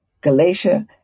Galatia